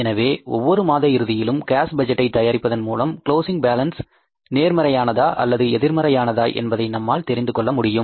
எனவே ஒவ்வொரு மாத இறுதியிலும் கேஸ் பட்ஜெட்டை தயாரிப்பதன் மூலம் க்ளோஸிங் பேலன்ஸ் நேர்மறையானதா அல்லது எதிர்மறையானதா என்பதை நம்மால் தெரிந்துகொள்ள முடியும்